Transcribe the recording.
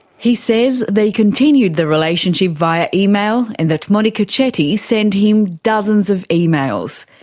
he says they continued the relationship via email, and that monika chetty sent him dozens of emails.